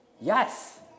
Yes